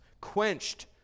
quenched